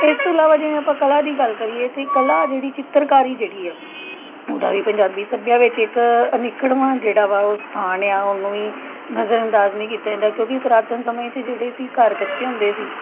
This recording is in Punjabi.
ਇਸ ਤੋਂ ਇਲਾਵਾ ਜਿਵੇਂ ਆਪਾਂ ਕਲਾ ਦੀ ਗੱਲ ਕਰੀਏ ਤਾਂ ਕਲਾ ਜਿਹੜੀ ਚਿੱਤਰਕਾਰੀ ਜਿਹੜੀ ਆ ਉਹਦਾ ਵੀ ਪੰਜਾਬੀ ਸੱਭਿਆ ਵਿੱਚ ਇੱਕ ਅਨਿੱਖੜਵਾਂ ਜਿਹੜਾ ਵਾ ਉਹ ਸਥਾਨ ਆ ਉਹਨੂੰ ਵੀ ਨਜ਼ਰ ਅੰਦਾਜ਼ ਨਹੀਂ ਕੀਤਾ ਜਾਂਦਾ ਕਿਉਂਕਿ ਪੁਰਾਤਨ ਸਮੇਂ 'ਚ ਜਿਹੜੇ ਸੀ ਘਰ ਕੱਚੇ ਹੁੰਦੇ ਸੀ